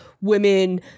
women